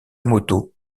moto